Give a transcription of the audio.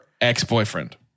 ex-boyfriend